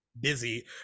busy